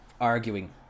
arguing